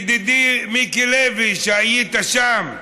ידידי מיקי לוי, היית שם.